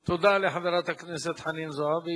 תודה לחברת הכנסת חנין זועבי.